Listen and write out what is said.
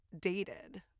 dated